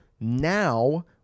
now